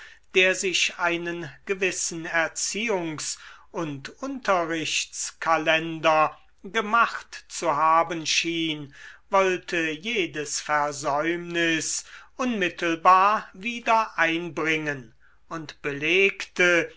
der sich einen gewissen erziehungs und unterrichtskalender gemacht zu haben schien wollte jedes versäumnis unmittelbar wieder einbringen und belegte